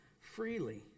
freely